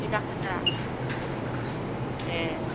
बिगा हाजार ए